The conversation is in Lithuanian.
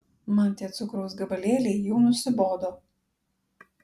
man tie cukraus gabalėliai jau nusibodo